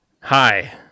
Hi